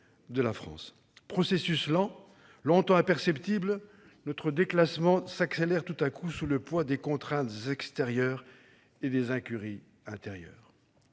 de la France. Processus lent, longtemps imperceptible, notre déclassement s'accélère tout à coup sous le poids des contraintes extérieures et des incuries intérieures.